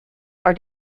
are